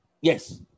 Yes